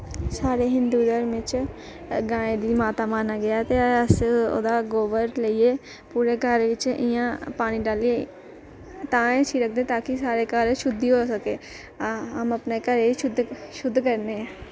साह्ड़े हिन्दू धर्मे च गाएं गी माता माना गेआ ऐ ते अस ओह्दा गोबर लेइयै पूरे घर बिच्च इयां पानी डालियै तां गै शिड़कदे ताकि साह्ड़े घर शुद्धि हो सकै हम अपने घरै गी शुद्ध करने